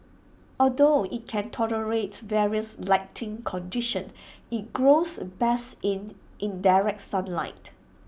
although IT can tolerate various lighting conditions IT grows best in indirect sunlight